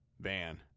van